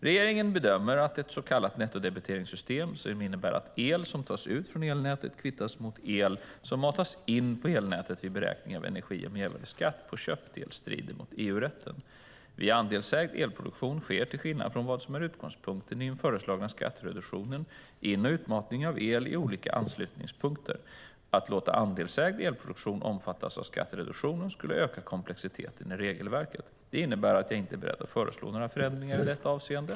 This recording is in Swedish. Regeringen bedömer att ett så kallat nettodebiteringssystem, som innebär att el som tas ut från elnätet kvittas mot el som matas in på elnätet vid beräkning av energi och mervärdesskatt på köpt el, strider mot EU-rätten. Vid andelsägd elproduktion sker, till skillnad från vad som är utgångspunkten i den föreslagna skattereduktionen, in och utmatning av el i olika anslutningspunkter. Att låta andelsägd elproduktion omfattas av skattereduktionen skulle öka komplexiteten i regelverket. Det innebär att jag inte är beredd att föreslå några förändringar i dessa avseenden.